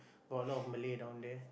got a lot of Malay down there